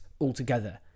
altogether